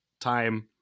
time